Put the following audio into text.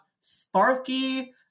Sparky